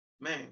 Man